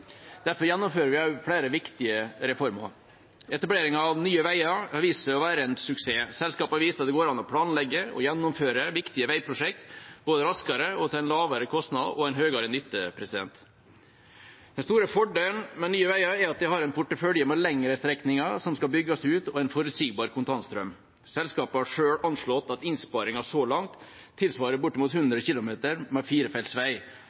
Derfor gjennomfører vi flere viktige reformer. Etableringen av Nye veier har vist seg å være en suksess. Selskapet har vist at det går an å planlegge og gjennomføre viktige veiprosjekter både raskere og til en lavere kostnad og en høyere nytte. Den store fordelen med Nye veier er at de har en portefølje med lengre strekninger som skal bygges ut, og en forutsigbar kontantstrøm. Selskapet har selv anslått at innsparingen så langt tilsvarer bortimot 100 km med firefelts vei.